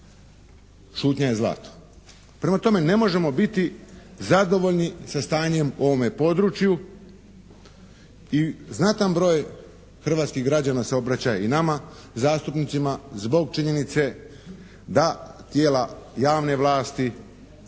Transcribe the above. šutnja je zlato. Prema tome, ne možemo biti zadovoljni sa stanjem u ovome području i znatan broj hrvatskih građana se obraća i nama zastupnicima zbog činjenice da tijela javne vlasti,